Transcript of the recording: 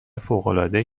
فوقالعاده